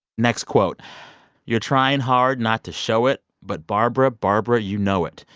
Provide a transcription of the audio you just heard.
next quote you're trying hard not to show it, but barbara, barbara, you know it.